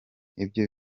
ibyo